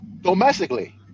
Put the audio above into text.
domestically